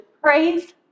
Praise